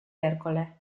ercole